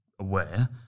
aware